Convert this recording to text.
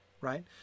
right